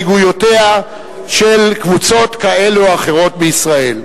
והסתייגויותיהן של קבוצות כאלה ואחרות בישראל.